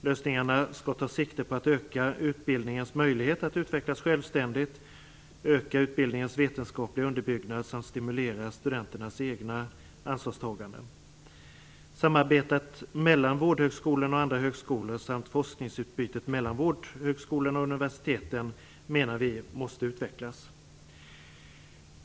Lösningarna skall ta sikte på att öka utbildningens möjlighet att utvecklas självständigt, öka utbildningens vetenskapliga underbyggnad samt stimulera studenternas egna ansvarstaganden. Samarbetet mellan vårdhögskolorna och andra högskolor samt forskningsutbytet mellan vårdhögskolorna och universiteten måste utvecklas.